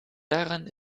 daran